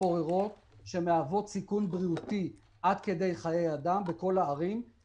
להגיד: שמעתי בתחילת הדיון את דבריה של חברת הכנסת איילת שקד.